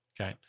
okay